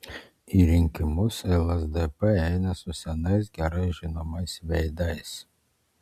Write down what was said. į rinkimus lsdp eina su senais gerai žinomais veidais